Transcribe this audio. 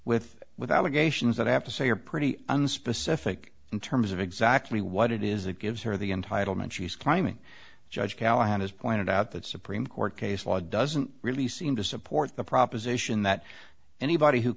with with allegations that i have to say are pretty unspecific in terms of exactly what it is that gives her the entitlement she's climbing judge callahan has pointed out that supreme court case law doesn't really seem to support the proposition that anybody who